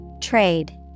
Trade